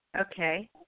Okay